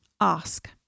ask